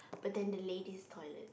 but then the ladies' toilet